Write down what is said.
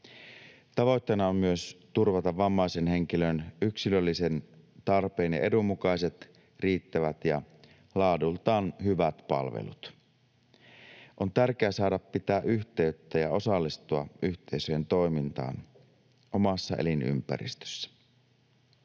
Tavoitteena on myös turvata vammaisen henkilön yksilöllisen tarpeen ja edun mukaiset riittävät ja laadultaan hyvät palvelut. On tärkeää saada pitää yhteyttä ja osallistua yhteiseen toimintaan omassa elinympäristössä.